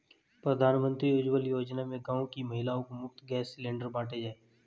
प्रधानमंत्री उज्जवला योजना में गांव की महिलाओं को मुफ्त गैस सिलेंडर बांटे गए